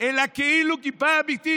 אלא כאילו כיפה אמיתית,